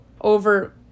over